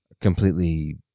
completely